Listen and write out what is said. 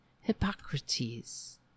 Hippocrates